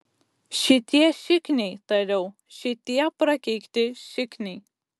šitie šikniai tariau šitie prakeikti šikniai